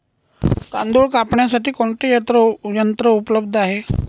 तांदूळ कापण्यासाठी कोणते यंत्र उपलब्ध आहे?